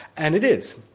and it is.